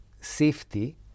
safety